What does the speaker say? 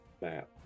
map